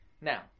Now